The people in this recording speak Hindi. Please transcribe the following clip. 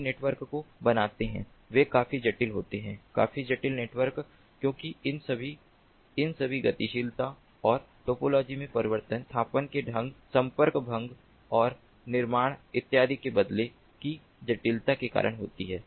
ये नेटवर्क जो बनते हैं वे काफी जटिल होते हैं काफी जटिल नेटवर्क क्योंकि इन सभी इन सभी गतिशीलता और टोपोलॉजी में परिवर्तन स्थापन के ढंग संपर्क भंग और निर्माण इत्यादि को बदलने की जटिलता के कारण होती है